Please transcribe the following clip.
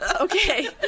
okay